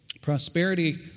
Prosperity